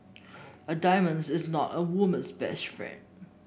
a diamonds is not a woman's best friend